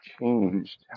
changed